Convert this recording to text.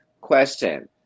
Question